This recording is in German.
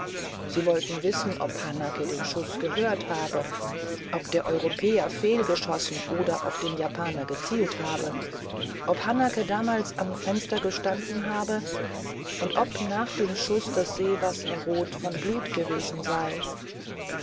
sie wollten wissen ob hanake den schuß gehört habe ob der europäer fehlgeschossen oder auf den japaner gezielt habe ob hanake damals am fenster gestanden habe und ob nach dem schuß das seewasser rot von blut gewesen sei